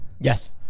Yes